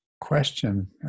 question